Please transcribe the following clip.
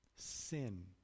Sin